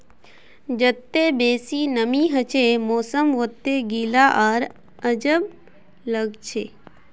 जत्ते बेसी नमीं हछे मौसम वत्ते गीला आर अजब लागछे